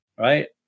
right